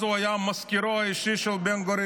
אז הוא היה מזכירו האישי של בן-גוריון.